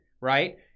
right